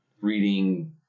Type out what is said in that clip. reading